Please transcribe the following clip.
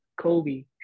Kobe